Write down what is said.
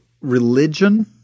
religion